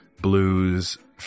blues